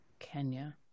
kenya